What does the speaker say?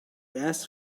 ask